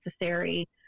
necessary